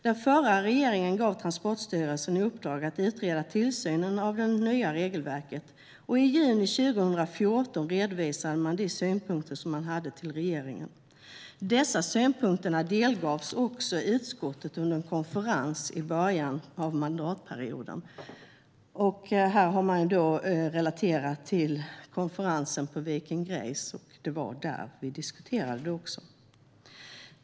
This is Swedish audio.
Den förra regeringen gav Transportstyrelsen i uppdrag att utreda tillsynen av det nya regelverket, och i juni 2014 redovisade man de synpunkter som man hade för regeringen. Dessa synpunkter delgavs också utskottet under en konferens i början av mandatperioden. Man har här relaterat till konferensen på Viking Grace, och det var också där vi diskuterade detta.